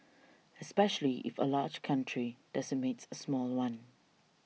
especially if a large country decimates a small one